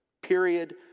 Period